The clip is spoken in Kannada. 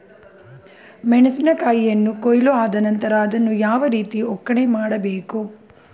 ಮೆಣಸಿನ ಕಾಯಿಯನ್ನು ಕೊಯ್ಲು ಆದ ನಂತರ ಅದನ್ನು ಯಾವ ರೀತಿ ಒಕ್ಕಣೆ ಮಾಡಬೇಕು?